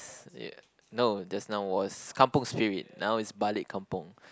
y~ no just now was kampung spirit now is balik kampung